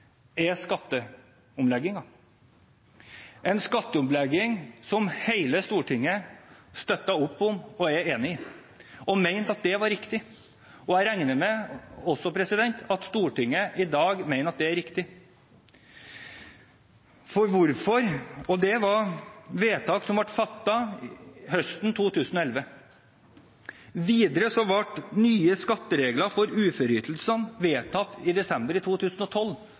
er skatteomleggingen, en skatteomlegging som hele Stortinget støttet opp om, var enig i og mente var riktig. Jeg regner også med at Stortinget i dag mener at det er riktig, og det var vedtak som ble fattet høsten 2011. Videre ble nye skatteregler for uføreytelser vedtatt i desember i 2012,